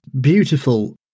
beautiful